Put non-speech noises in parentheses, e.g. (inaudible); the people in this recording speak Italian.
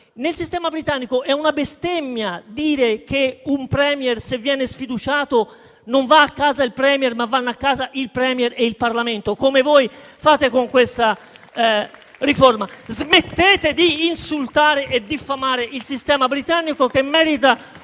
nel sistema britannico è una bestemmia dire che, se un *Premier* viene sfiduciato, non va a casa lui, ma vanno a casa il *Premier* e il Parlamento, come voi volete fare con questa riforma. (applause) Smettete di insultare e diffamare il sistema britannico, che merita